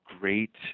great